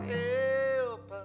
help